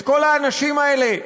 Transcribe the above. את כל האנשים האלה,